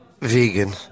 vegan